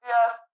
Yes